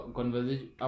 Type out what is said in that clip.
conversation